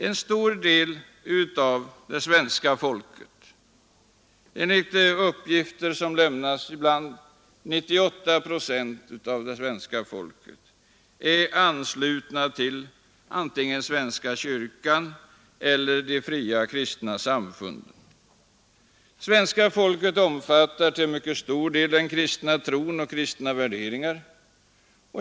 En stor del av svenska folket — enligt uppgift 98 procent av svenska folket — är ansluten antingen till svenska kyrkan eller till de fria kristna samfunden. Svenska folket omfattar till mycket stor del den kristna tron och kristna värderingar.